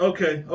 Okay